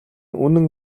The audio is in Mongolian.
үнэн